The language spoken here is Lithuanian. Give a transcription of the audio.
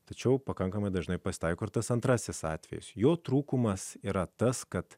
tačiau pakankamai dažnai pasitaiko ir tas antrasis atvejis jo trūkumas yra tas kad